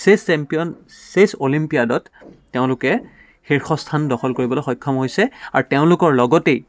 চেছ champion chess অলিম্পিয়াডত তেওঁলোকে শীৰ্ষ স্থান দখল কৰিবলৈ সক্ষম হৈছে আৰু তেওঁলোকৰ লগতেই